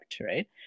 right